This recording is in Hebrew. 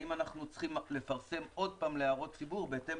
האם אנחנו צריכים לפרסם עוד פעם להערות ציבור בהתאם